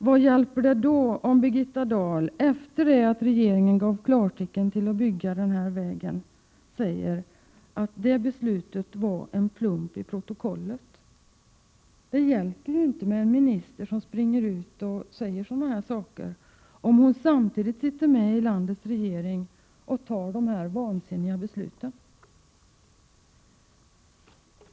Vad hjälper det då om Birgitta Dahl, efter det att regeringen gav klartecken till att bygga vägen, säger att beslutet var en plump i protokollet? Det hjälper inte med en minister som springer ut och säger sådana saker om hon samtidigt sitter med i landets regering och fattar de här vansinniga besluten.